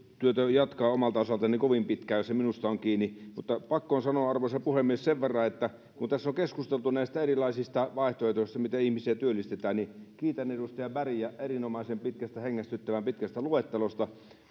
jatkaa omalta osaltani kovin pitkään jos se minusta on kiinni mutta pakko on sanoa arvoisa puhemies sen verran että kun tässä on keskusteltu näistä erilaisista vaihtoehdoista miten ihmisiä työllistetään niin kiitän edustaja bergiä erinomaisen pitkästä hengästyttävän pitkästä luettelosta